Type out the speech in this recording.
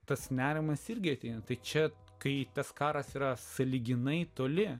tas nerimas irgi ateina čia kai tas karas yra sąlyginai toli